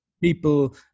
people